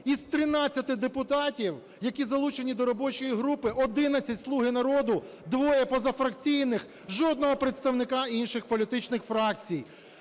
Із 13 депутатів, які залучені до робочої групи, 11 "Слуга народу", двоє позафракційних, жодного представника інших політичних фракцій.